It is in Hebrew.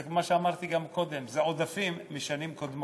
זה מה שאמרתי גם קודם, זה עודפים משנים קודמות.